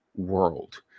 world